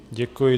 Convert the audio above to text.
Děkuji.